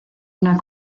una